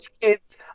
kids